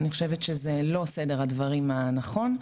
אני חושבת שזה לא סדר הדברים הנכון.